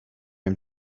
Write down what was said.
him